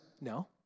No